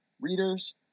readers